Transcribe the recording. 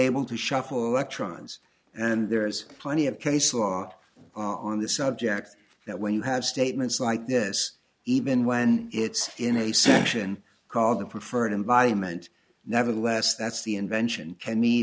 able to shuffle electrons and there is plenty of case law on the subject that when you have statements like this even when it's in a section called the preferred environment nevertheless that's the invention kenny